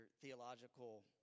theological